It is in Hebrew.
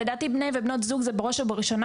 לדעתי בני ובנות זוג הם בראש ובראשונה.